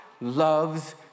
loves